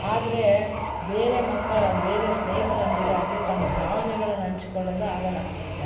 ಆದರೆ ಬೇರೆ ಮಕ್ಕ ಬೇರೆ ಸ್ನೇಹಿತರೊಂದಿಗೆ ಆಗಲಿ ತಮ್ಮ ಭಾವ್ನೆಗಳನ್ನ ಹಂಚ್ಕೊಳ್ಳಲು ಆಗೋಲ್ಲ